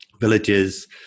villages